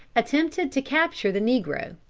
attempted to capture the negro,